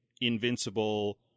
invincible